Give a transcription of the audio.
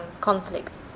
conflict